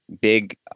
big